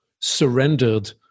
surrendered